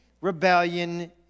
rebellion